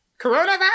Coronavirus